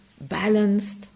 balanced